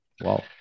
Wow